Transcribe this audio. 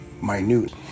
minute